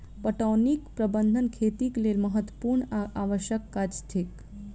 पटौनीक प्रबंध खेतीक लेल महत्त्वपूर्ण आ आवश्यक काज थिक